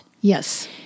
Yes